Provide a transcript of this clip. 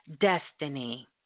destiny